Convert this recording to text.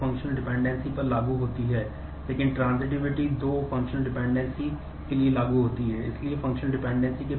फिर functional dependency है